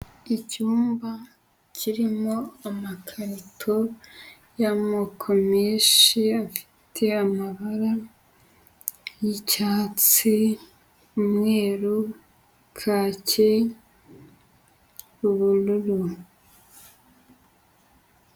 Icyumba kirimo amakarito y'amoko menshi afite amabara y'icyatsi, umweru, kake, ubururu.